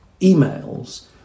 emails